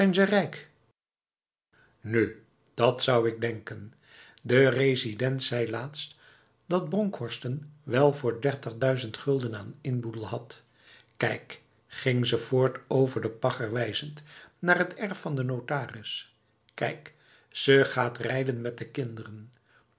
nu dat zou ik denken de resident zei laatst dat bronkhorst wel voor dertigduizend gulden aan inboedel had kijk ging ze voort over de pagger wijzend naar het erf van de notaris kijk ze gaat rijden met de kinderen